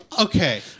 okay